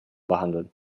behandeln